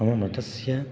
मम मतस्य